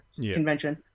convention